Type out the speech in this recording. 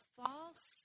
false